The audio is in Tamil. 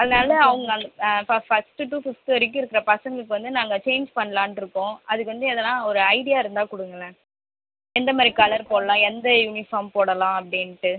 அதனால் அவங்க ஃப ஃபஸ்ட்டு டூ ஃபிஃப்த்து வரைக்கும் இருக்கிற பசங்களுக்கு வந்து நாங்கள் சேஞ்ச் பண்ணலாட்டிருக்கோம் அதுக்கு வந்து எதனா ஒரு ஐடியா இருந்தால் கொடுங்களேன் எந்த மாதிரி கலர் போடலாம் எந்த யூனிஃபார்ம் போடலாம் அப்படின்ட்டு